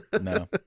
No